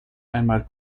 einmal